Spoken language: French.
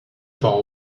par